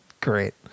Great